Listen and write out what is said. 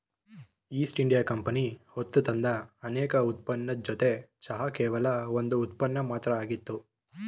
East India company ಹೊತ್ತುತಂದ ಅನೇಕ ಉತ್ಪನ್ನದ್ ಜೊತೆ ಚಹಾವು ಕೇವಲ ಒಂದ್ ಉತ್ಪನ್ನ ಮಾತ್ರ ಆಗಿತ್ತು